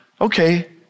okay